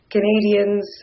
Canadians